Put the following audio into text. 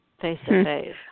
face-to-face